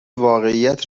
واقعیت